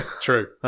True